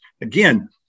again